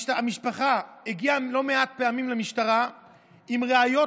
המשפחה הגיעה לא מעט פעמים למשטרה עם ראיות